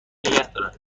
نگهدارن